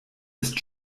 ist